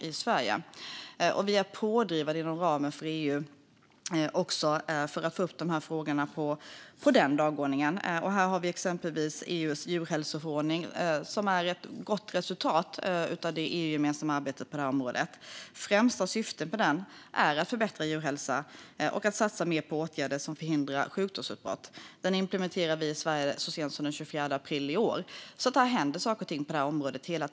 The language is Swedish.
Vi är också pådrivande inom ramen för EU för att få upp frågorna på den dagordningen. Vi har exempelvis EU:s djurhälsoförordning, som är ett gott resultat av det EU-gemensamma arbetet på detta område. Främsta syftet med den är att man ska förbättra djurhälsan och satsa mer på åtgärder som förhindrar sjukdomsutbrott. Den implementerade vi i Sverige så sent som den 24 april i år. Det händer alltså hela tiden saker och ting på detta område.